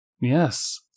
Yes